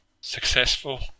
successful